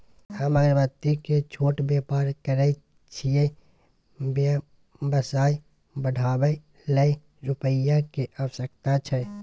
हम अगरबत्ती के छोट व्यापार करै छियै व्यवसाय बढाबै लै रुपिया के आवश्यकता छै?